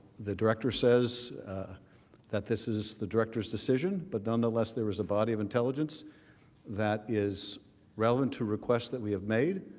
the director says that this is the director's decision but nonetheless there was a body of intelligence that is relevant to request that we have made.